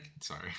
Sorry